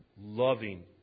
loving